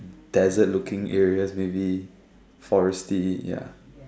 dessert looking areas maybe forest ya